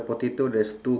potato there's two